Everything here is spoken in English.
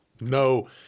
No